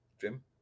Jim